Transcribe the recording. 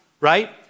Right